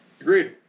Agreed